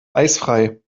eisfrei